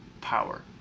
power